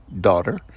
daughter